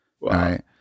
Right